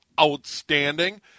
outstanding